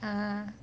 ah